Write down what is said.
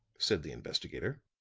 said the investigator.